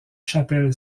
chapelle